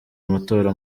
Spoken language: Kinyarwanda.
amatora